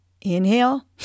Inhale